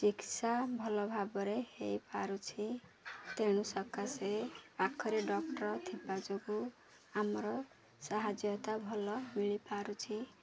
ଚିକିତ୍ସା ଭଲ ଭାବରେ ହୋଇପାରୁଛି ତେଣୁ ସକାଶେ ପାଖରେ ଡକ୍ଟର ଥିବା ଯୋଗୁଁ ଆମର ସାହାଯ୍ୟତା ଭଲ ମିଳିପାରୁଛି